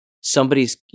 Somebody's